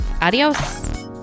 Adios